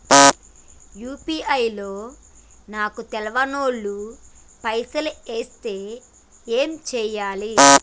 UPI లో నాకు తెల్వనోళ్లు పైసల్ ఎస్తే ఏం చేయాలి?